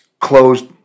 closed